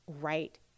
right